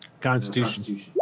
Constitution